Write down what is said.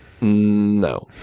no